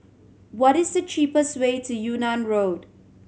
what is the cheapest way to Yunnan Road